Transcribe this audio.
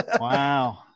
Wow